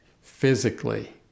physically